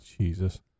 Jesus